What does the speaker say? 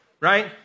right